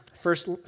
First